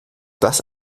das